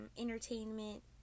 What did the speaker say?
entertainment